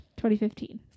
2015